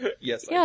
Yes